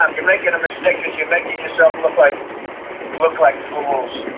um you're making a mistake because you're making yourself look like look like fools.